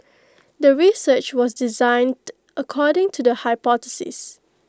the research was designed according to the hypothesis